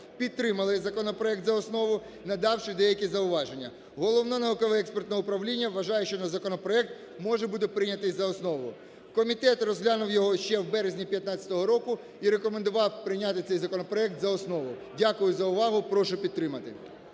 підтримала законопроект за основу, надавши деякі зауваження. Головне науково-експертне управління вважає, що законопроект може бути прийнятий за основу. Комітет розглянув його ще в березні 2015 року і рекомендував прийняти цей законопроект за основу. Дякую за увагу. Прошу підтримати.